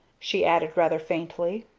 she added rather faintly.